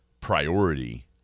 priority